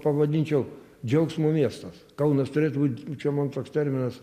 pavadinčiau džiaugsmo miestas kaunas turėtų būt čia man toks terminas